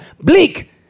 Bleak